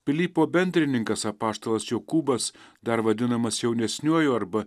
pilypo bendrininkas apaštalas jokūbas dar vadinamas jaunesniuoju arba